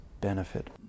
benefit